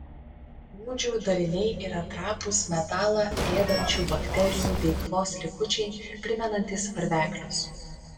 rūdžių dariniai yra trapūs metalą ėdančių bakterijų veiklos likučiai primenantys varveklius